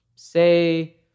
say